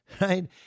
right